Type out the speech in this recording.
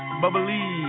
bubbly